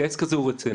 כי העסק הזה רציני.